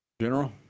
General